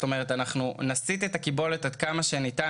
אנחנו נסיט את הקיבולת עד כמה שניתן